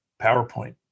PowerPoint